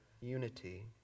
unity